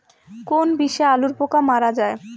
কোন বিষে আলুর পোকা মারা যায়?